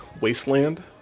wasteland